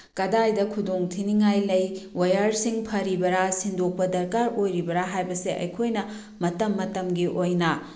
ꯀꯗꯥꯏꯗ ꯈꯨꯗꯣꯡ ꯊꯤꯅꯤꯡꯉꯥꯏ ꯂꯩ ꯋꯥꯌꯔꯁꯤꯡ ꯐꯔꯤꯕ꯭ꯔꯥ ꯁꯤꯟꯗꯣꯛꯄ ꯗꯔꯀꯥꯔ ꯑꯣꯏꯔꯤꯕ꯭ꯔꯥ ꯍꯥꯏꯕꯁꯦ ꯑꯩꯈꯣꯏꯅ ꯃꯇꯝ ꯃꯇꯝꯒꯤ ꯑꯣꯏꯅ